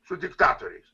su diktatoriais